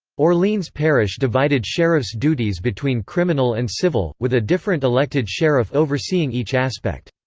orleans parish divided sheriffs' duties between criminal and civil, with a different elected sheriff overseeing each aspect.